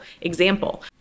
example